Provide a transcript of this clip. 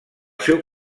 seu